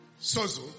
Sozo